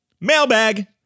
Mailbag